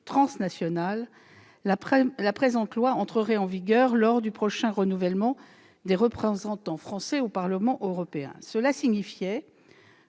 transnationales, la présente loi entrerait en vigueur lors du prochain renouvellement des représentants français au Parlement européen. Cela signifiait